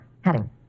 heading